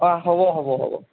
অঁ হ'ব হ'ব হ'ব